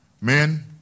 men